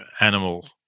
animal